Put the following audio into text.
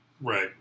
right